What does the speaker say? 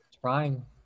trying